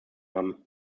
haben